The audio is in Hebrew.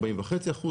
40.5%,